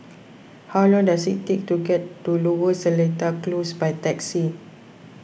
how long does it take to get to Lower Seletar Close by taxi